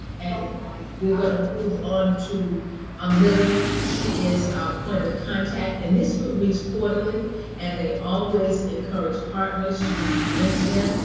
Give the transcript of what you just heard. and we're gonna move on to um lillian, she is our point of contact. and this group meets quarterly and they always encourage partners to meet with them.